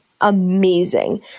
amazing